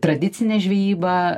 tradicinę žvejybą